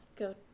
Go